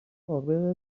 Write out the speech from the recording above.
سابق